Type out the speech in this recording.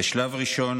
כשלב ראשון,